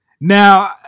Now